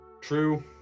true